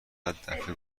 دفعه